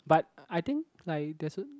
but I think like it doesn't